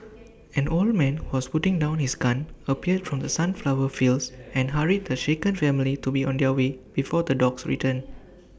an old man who was putting down his gun appeared from the sunflower fields and hurried the shaken family to be on their way before the dogs return